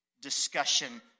discussion